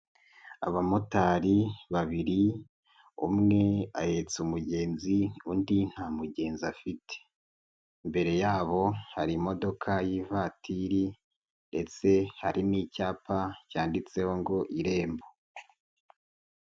Abamotari babiri, umwe ahetsa umugenzi undi nta mugenzizi afite, imbere yabo hari imodoka y'ivatiri, ndeste hari n'icyapa cyanditseho ngo irembo.